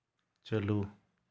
ᱪᱟᱹᱞᱩ